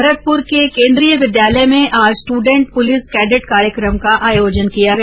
भरतपुर के केन्द्रीय विद्यालय में आज स्टूडेंट पुलिस कैडेट कार्यक्रम का आयोजन किया गया